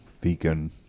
vegan